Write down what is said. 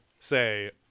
Say